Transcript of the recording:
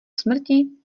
smrti